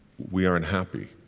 we are unhappy.